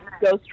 Ghost